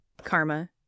Karma